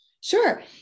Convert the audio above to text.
sure